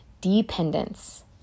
Dependence